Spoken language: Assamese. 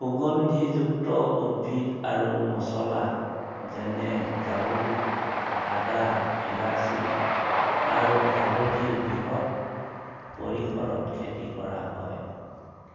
সুগন্ধিযুক্ত উদ্ভিদ আৰু মছলা যেনে জালুক আদা ইলাচি আৰু হালধিৰ বৃহৎ পৰিসৰত খেতি কৰা হয়